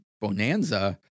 Bonanza